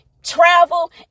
travel